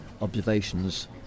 observations